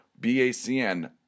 BACN